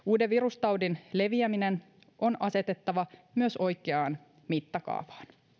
uuden virustaudin leviäminen on asetettava myös oikeaan mittakaavaan